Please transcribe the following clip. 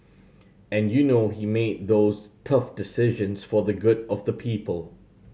and you know he made those tough decisions for the good of the people